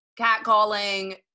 catcalling